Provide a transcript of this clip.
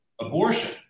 Abortion